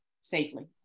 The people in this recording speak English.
safely